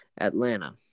Atlanta